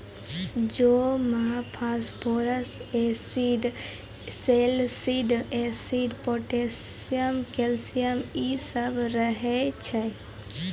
जौ मे phosphorus acid, salicylic acid, potassium, calcium इ सभ रहै छै